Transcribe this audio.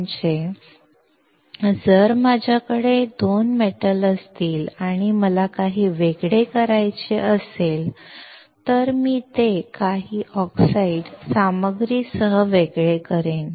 म्हणजे जर माझ्याकडे दोन धातू असतील आणि मला काही वेगळे करायचे असेल तर मी ते काही ऑक्साईड सामग्रीसह वेगळे करेन